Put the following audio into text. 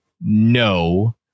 No